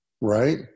Right